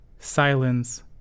Silence